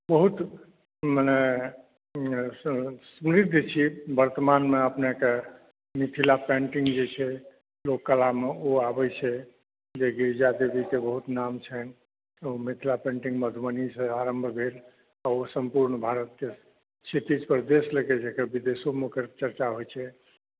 बहुत मने सुनैत तऽ छियै वर्तमानमे अपनेकेँ मिथिला पेंटिङ्ग जे छै लोककलाम ओ आबैत छै जे गिरिजा देवीकेँ बहुत नाम छनि ओ मिथिला पेंटिङ्ग मधुबनीसँ आरम्भ भेल आ ओ सम्पूर्ण भारतके क्षितिज पर देश लऽकऽ की विदेशोमे ओकर चर्चा होइत छै